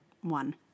one